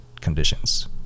conditions